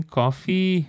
coffee